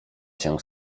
się